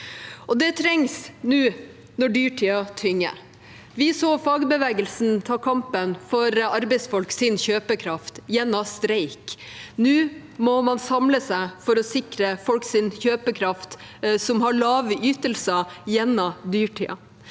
Det trengs nå når dyrtiden tynger. Vi så fagbevegelsen ta kampen for arbeidsfolks kjøpekraft gjennom streik. Nå må man samle seg for å sikre kjøpekraften til folk som har lave ytelser gjennom dyrtiden.